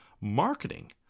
Marketing